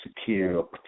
secure